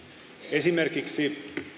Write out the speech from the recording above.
esimerkiksi